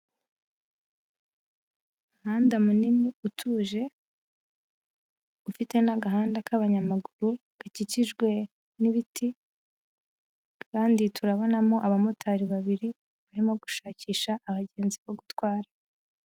Umuhanda munini utuje, ufite n'agahanda k'abanyamaguru, gakikijwe n'ibiti, kandi turabonamo abamotari babiri, barimo gushakisha abagenzi bo gutwara.